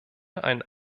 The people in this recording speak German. ein